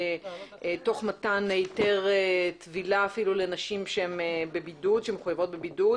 אפילו תוך מתן היתר טבילה לנשים שמחויבות בבידוד.